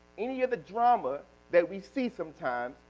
any of the drama that we see sometimes,